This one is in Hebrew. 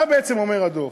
מה בעצם אומר הדוח?